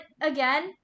again